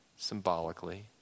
Symbolically